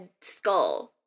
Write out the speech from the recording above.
skull